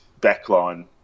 backline